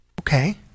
Okay